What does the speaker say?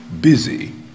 busy